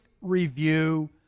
review